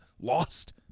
lost